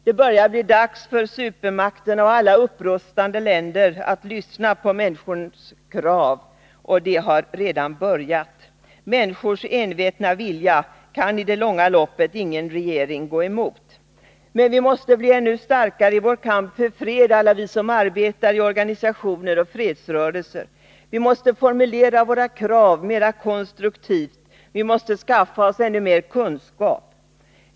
Det börjar bli dags för supermakterna och alla upprustande länder att lyssna på människornas krav, och det har redan börjat. Människors envetna vilja kan i det långa loppet ingen regering gå emot. Men vi måste bli ännu starkare — i vår kamp för fred — alla vi som arbetar i organisationer och fredsrörelser. Vi måste formulera våra krav mera konstruktivt, vi måste skaffa oss ännu mer kunskap.